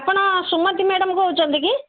ଆପଣ ସୁମତି ମ୍ୟାଡ଼ାମ୍ କହୁଛନ୍ତି କି